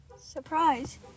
Surprise